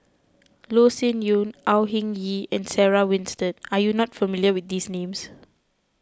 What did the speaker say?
Loh Sin Yun Au Hing Yee and Sarah Winstedt are you not familiar with these names